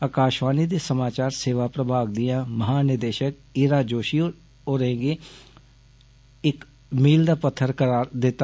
आकाषवाणी दे समाचार सेवा प्रभाग दियां महानिदेषक ईरा जोषी होरें इसगी इक मील दा पत्थर करार दिता